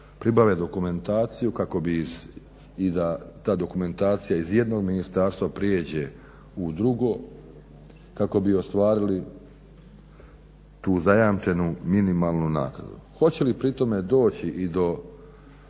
pribave dokumentaciju kako bi iz, i da ta dokumentacija iz jednog ministarstva pređe u drugo kako bi ostvarili tu zajamčenu minimalnu naknadu. Hoće li pri tome doći i do